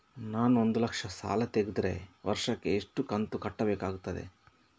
ನಾನು ಒಂದು ಲಕ್ಷ ಸಾಲ ತೆಗೆದರೆ ವರ್ಷಕ್ಕೆ ಎಷ್ಟು ಕಂತು ಕಟ್ಟಬೇಕಾಗುತ್ತದೆ?